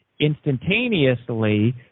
Instantaneously